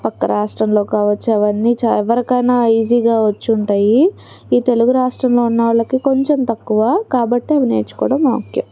పక్క రాష్ట్రంలో కావచ్చు అవన్నీ చ ఎవరికైనా ఈజీగా వచ్చుమ్టాయి ఈ తెలుగు రాష్ట్రంలో ఉన్న వాళ్ళకి కొంచెం తక్కువ కాబట్టి ఇవి నేర్చుకోవడం ఓకే